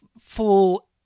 full